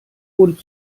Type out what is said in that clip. und